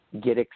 get